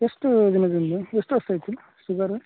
ಎಷ್ಟು ದಿನದಿಂದ ಎಷ್ಟು ವರ್ಷ ಆಯಿತು ಶುಗರ್